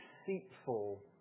deceitful